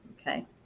Okay